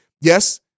Yes